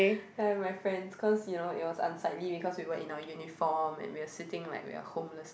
ya my friends cause you know it was unsightly because we were in our uniform and we are sitting like we are homeless